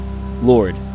Lord